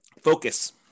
Focus